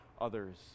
others